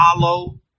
follow